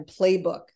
playbook